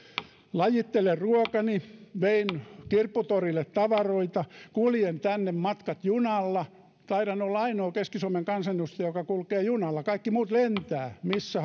lajittelen ruokani vein kirpputorille tavaroita kuljen tänne matkat junalla taidan olla ainoa keski suomen kansanedustaja joka kulkee junalla kaikki muut lentävät missä